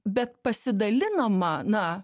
bet pasidalinama na